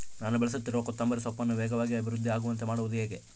ನಾನು ಬೆಳೆಸುತ್ತಿರುವ ಕೊತ್ತಂಬರಿ ಸೊಪ್ಪನ್ನು ವೇಗವಾಗಿ ಅಭಿವೃದ್ಧಿ ಆಗುವಂತೆ ಮಾಡುವುದು ಹೇಗೆ?